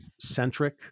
centric